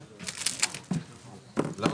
הישיבה ננעלה בשעה 10:51.